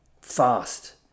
fast